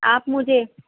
آپ مجھے